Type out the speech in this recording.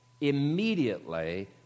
immediately